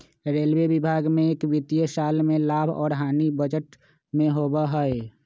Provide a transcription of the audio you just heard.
railway विभाग में एक वित्तीय साल में लाभ और हानि बजट में होबा हई